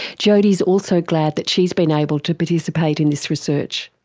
jodie is also glad that she's been able to participate in this research.